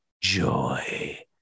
joy